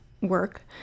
work